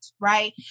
right